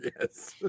yes